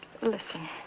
listen